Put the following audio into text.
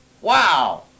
Wow